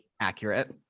accurate